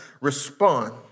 respond